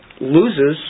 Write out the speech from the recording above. loses